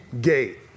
Gate